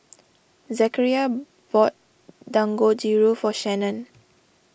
Zechariah bought Dangojiru for Shannan